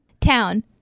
Town